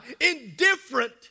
indifferent